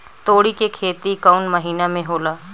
तोड़ी के खेती कउन महीना में होला?